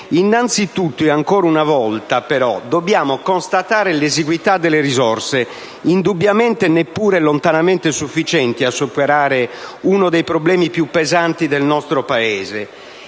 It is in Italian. svantaggio. Ancora una volta, però, dobbiamo constatare l'esiguità delle risorse, indubbiamente neppure lontanamente sufficienti a superare uno dei problemi più pesanti del nostro Paese.